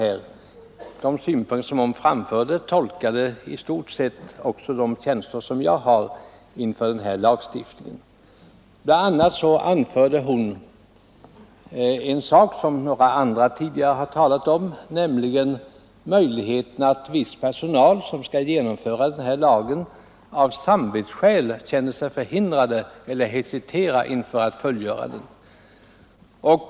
Hennes ord tolkade i stort sett de känslor jag har inför den här lagstiftningen. BI. a. påtalade hon en sak som andra tidigare har berört, nämligen möjligheten att viss personal som skall tillämpa lagen av samvetsskäl känner sig förhindrade eller hesiterar inför att fullgöra vad de åläggs.